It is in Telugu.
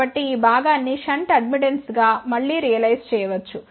కాబట్టి ఈ భాగాన్ని షంట్ అడ్మిటెన్స్ గా మళ్ళీ రియలైజ్ చేయవచ్చు